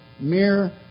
Mere